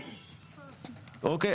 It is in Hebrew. אוקיי?